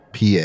PA